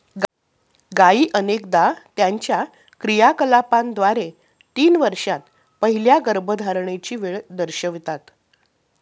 गायी अनेकदा त्यांच्या क्रियाकलापांद्वारे तीन वर्षांत पहिल्या गर्भधारणेची वेळ दर्शवितात